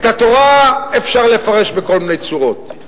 את התורה אפשר לפרש בכל מיני צורות.